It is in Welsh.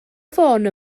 ffôn